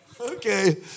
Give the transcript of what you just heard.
Okay